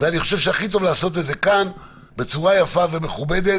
ואני חושב שהכי טוב לעשות את זה כאן בצורה יפה ומכובדת.